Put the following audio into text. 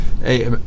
hey